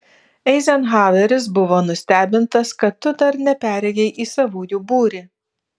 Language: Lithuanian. eizenhaueris buvo nustebintas kad tu dar neperėjai į savųjų būrį